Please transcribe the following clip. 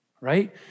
right